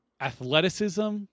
athleticism